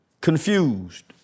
confused